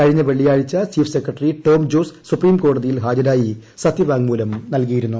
കഴിഞ്ഞ വെള്ളിയാഴ്ച chief secretary Tom Jose സുപ്രീംകോടതിയിൽ ഹാജരായി സത്യവാങ്മൂലം നൽകിയിരുന്നു